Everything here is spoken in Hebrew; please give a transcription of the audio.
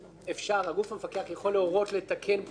זה הגוף המפקח יכול להורות לתקן פגמים,